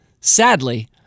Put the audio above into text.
sadly